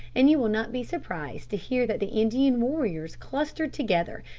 and you will not be surprised to hear that the indian warriors clustered together,